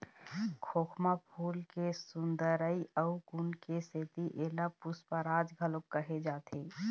खोखमा फूल के सुंदरई अउ गुन के सेती एला पुस्पराज घलोक कहे जाथे